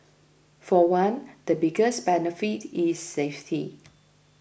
for one the biggest benefit is safety